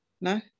No